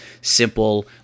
simple